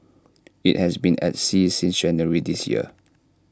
IT has been at sea since January this year